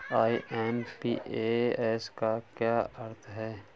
IMPS का क्या अर्थ है?